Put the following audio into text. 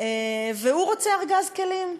והוא רוצה ארגז כלים,